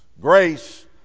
Grace